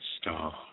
star